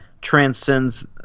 transcends